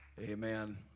Amen